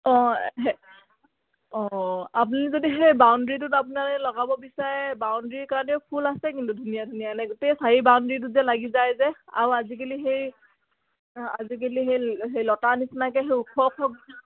অঁ অঁ আপুনি যদি সেই বাউণ্ডৰীটোত আপোনাৰ লগাব বিচাৰে বাউণ্ডৰীৰ কাৰণেও ফুল আছে কিন্তু ধুনীয়া ধুনীয়া এনে গোটেই চাৰি বাউণ্ডৰীটোত যে লাগি যায় যে আও আজিকালি সেই আজিকালি সেই সেই লতাৰ নিচিনাকৈ সেই ওখ ওখ